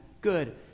Good